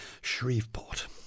Shreveport